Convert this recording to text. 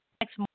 next